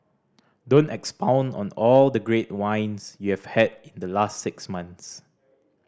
don't expound on all the great wines you have had in the last six months